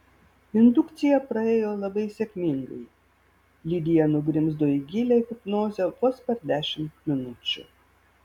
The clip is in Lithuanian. indukcija praėjo labai sėkmingai lidija nugrimzdo į gilią hipnozę vos per dešimt minučių